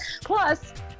plus